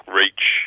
reach